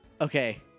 Okay